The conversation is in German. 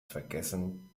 vergessen